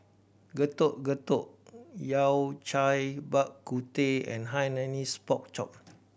Getuk Getuk Yao Cai Bak Kut Teh and Hainanese Pork Chop